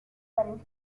winter